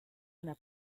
una